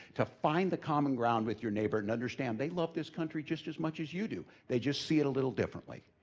to find the common ground with your neighbor, and understand they love this country just as much as you do. they just see it a little differently.